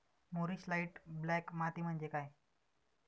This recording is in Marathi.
मूरिश लाइट ब्लॅक माती म्हणजे काय?